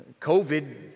COVID